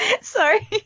sorry